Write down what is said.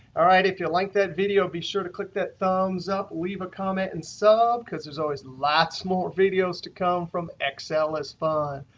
all right. if you liked that video, be sure to click that thumbs up. leave a comment in and sub, because there's always lots more videos to come from excel is fun.